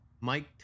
Mike